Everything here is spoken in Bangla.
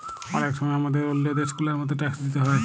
অলেক সময় হামাদের ওল্ল দ্যাশ গুলার মত ট্যাক্স দিতে হ্যয়